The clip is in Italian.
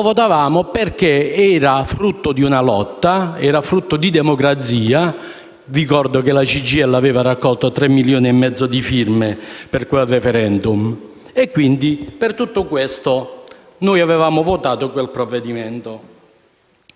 avremmo fatto perché era frutto di una lotta, frutto di democrazia. Ricordo che la CGIL aveva raccolto 3,5 milioni di firme per quel *referendum* e quindi per tutti questi motivi avevamo votato quel provvedimento.